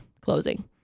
closing